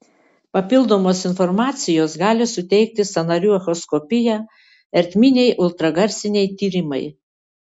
papildomos informacijos gali suteikti sąnarių echoskopija ertminiai ultragarsiniai tyrimai